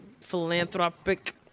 philanthropic